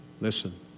Listen